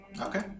Okay